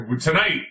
tonight